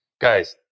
guys